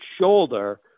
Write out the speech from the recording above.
shoulder